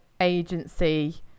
agency